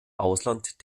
ausland